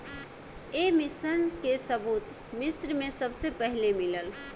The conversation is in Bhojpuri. ए मशीन के सबूत मिस्र में सबसे पहिले मिलल